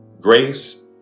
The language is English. Grace